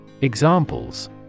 Examples